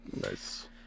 Nice